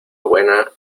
buena